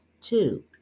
Two